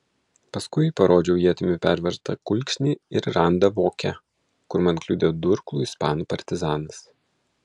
paskui parodžiau ietimi pervertą kulkšnį ir randą voke kur man kliudė durklu ispanų partizanas